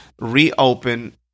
reopen